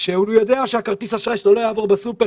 שיודע שכרטיס האשראי שלו לא יעבור בסופר